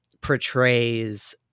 portrays